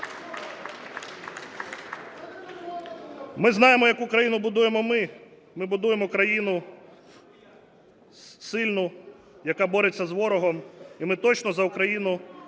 Ми знаємо, яку Україну будуємо ми – ми будуємо країну сильну, яка бореться з ворогом. І ми точно за Україну,